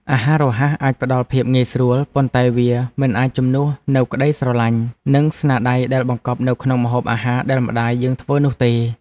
អាហាររហ័សអាចផ្តល់ភាពងាយស្រួល ប៉ុន្តែវាមិនអាចជំនួសនូវក្តីស្រលាញ់ និងស្នាដៃដែលបង្កប់នៅក្នុងម្ហូបអាហារដែលម្តាយយើងធ្វើនោះទេ។